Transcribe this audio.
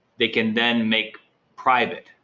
they can then make private?